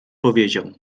powiedział